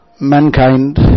Mankind